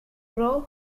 row